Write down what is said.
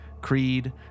Creed